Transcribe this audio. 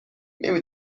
نمی